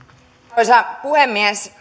arvoisa puhemies